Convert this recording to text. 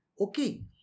Okay